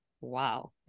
Wow